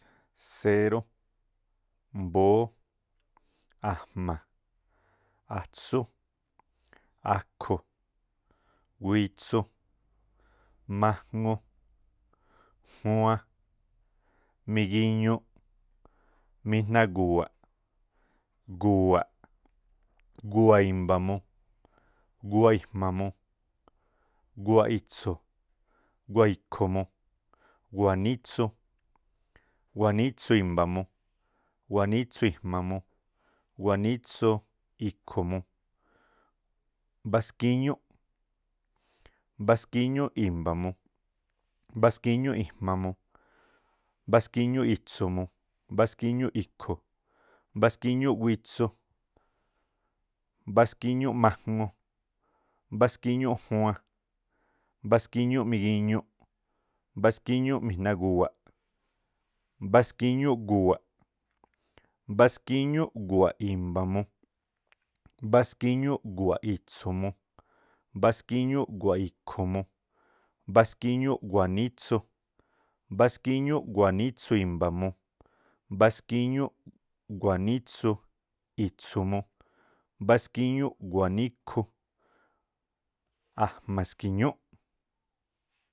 Séró, mbóó a̱jma̱, atsú, akhu̱, witsu, majŋu, juan, migiñuꞌ, mijna guwa̱ꞌ, gu̱wa̱ꞌ gu̱wa̱ꞌ i̱mba̱mu, gu̱wa̱ꞌ i̱jma̱mu, gu̱wa̱ꞌ itsu̱mu, gu̱wa̱ꞌ ikhu̱mu, gu̱wa̱ꞌ nítsú, gu̱wa̱ꞌ nítsú i̱mba̱mu, gu̱wa̱ꞌ nítsú i̱jma̱mu, gu̱wa̱ꞌ nítsú i̱tsu̱mu, gu̱wa̱ꞌ nítsú i̱khu̱mu, mbás kíñúꞌ, mbáskíñúꞌ i̱mbamu, mbáskíñúꞌ i̱jma̱mu, mbáskíñúꞌ i̱tsu̱mu, mbáskiñúꞌ i̱khu̱, mbáskíñúꞌ witsu, mbáskíñúꞌ majŋu, mbáskíñúꞌ juan, mbáskíñúꞌ migiñuꞌ, mbáskíñúꞌ mijna guwa̱ꞌ, mbáskíñúꞌ gu̱wa̱ꞌ, mbáskíñúꞌ gu̱wa̱ꞌ i̱mba̱mu, mbáskíñúꞌ gu̱wa̱ꞌ i̱tsu̱mu, mbáskíñúꞌ gu̱wa̱ꞌ i̱khu̱mu, mbáskíñúꞌ gu̱wa̱ꞌ nítsu, mbáskíñúꞌ gu̱wa̱ꞌ nítsu i̱mba̱mu, mbáskíñúꞌ gu̱wa̱ꞌ nítsu itsu̱mu, mbáskíñúꞌ gu̱wa̱ꞌ níkhu, ajma̱ ski̱ñúꞌ.